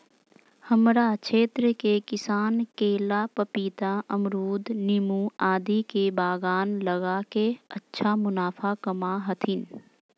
हमरा क्षेत्र के किसान केला, पपीता, अमरूद नींबू आदि के बागान लगा के अच्छा मुनाफा कमा हथीन